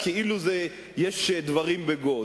כאילו יש דברים בגו.